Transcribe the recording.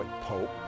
pope